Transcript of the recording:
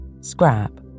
Scrap